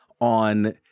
on